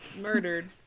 murdered